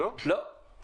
לא.